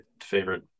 favorite